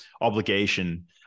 obligation